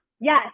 Yes